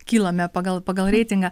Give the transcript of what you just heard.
kylame pagal pagal reitingą